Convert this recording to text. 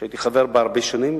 שהייתי חבר בה הרבה שנים,